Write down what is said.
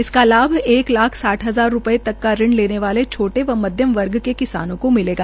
इसका लाभ एक लाख साठ हजार रूपये तक का ऋण लेने वाले छोटे व मध्यम वर्ग के किसानों को मिलेगा